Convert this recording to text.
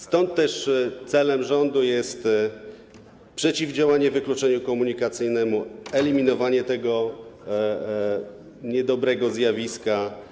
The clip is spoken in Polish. Stąd też celem rządu jest przeciwdziałanie wykluczeniu komunikacyjnemu, eliminowanie tego niedobrego zjawiska.